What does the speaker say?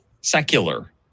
secular